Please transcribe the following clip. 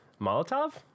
Molotov